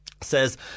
says